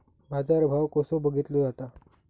बाजार भाव कसो बघीतलो जाता?